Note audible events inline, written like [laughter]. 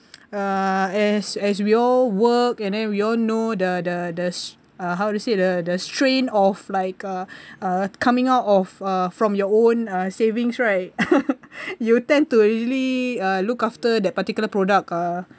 uh as as we all work and then we all know the the the uh how to say the the strain of like uh uh coming out of uh from your own(uh) savings right [laughs] you tend to really uh look after that particular product uh